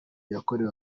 yakorewe